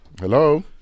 Hello